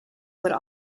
would